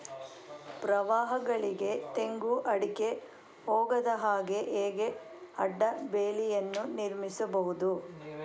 ಪ್ರವಾಹಗಳಿಗೆ ತೆಂಗು, ಅಡಿಕೆ ಹೋಗದ ಹಾಗೆ ಹೇಗೆ ಅಡ್ಡ ಬೇಲಿಯನ್ನು ನಿರ್ಮಿಸಬಹುದು?